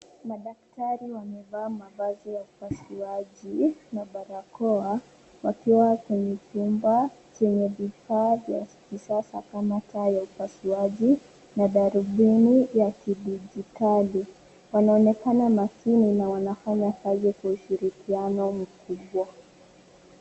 Madaktari wamevaa mavazi ya upasuaji na barakoa, wakiwa kwenye vyumba zenye vifaa vya kisasa kama taa ya upasuaji na darubini ya kidijitali. Wanaonekana makini na wanafanya kazi kwa ushirikiano mkubwa.